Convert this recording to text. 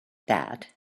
that